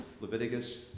Leviticus